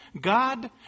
God